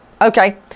okay